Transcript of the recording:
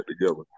together